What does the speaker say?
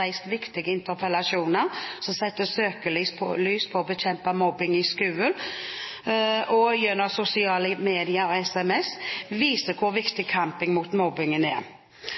reist viktige interpellasjoner som setter søkelys på å bekjempe mobbing i skolen og gjennom sosiale media og sms, viser hvor viktig kampen mot mobbing er.